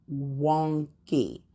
wonky